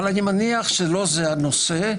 אבל אני מניח שזה לא הנושא,